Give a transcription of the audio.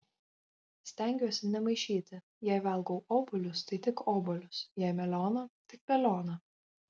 stengiuosi nemaišyti jei valgau obuolius tai tik obuolius jei melioną tik melioną